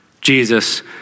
Jesus